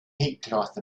headcloth